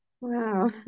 wow